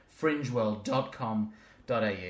FringeWorld.com.au